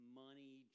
money